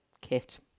kit